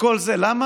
וכל זה למה?